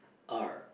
R